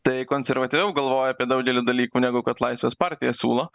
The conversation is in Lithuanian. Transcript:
tai konservatyviau galvoja apie daugelį dalykų negu kad laisvės partija siūlo